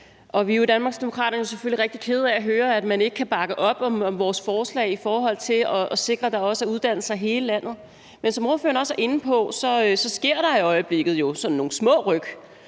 Vi er jo i Danmarksdemokraterne selvfølgelig rigtig kede af at høre, at man ikke kan bakke op om vores forslag i forhold til at sikre, at der er uddannelser i hele landet. Som ordføreren også er inde på, sker der i øjeblikket sådan nogle små ryk,